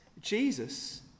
Jesus